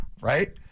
Right